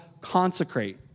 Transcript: consecrate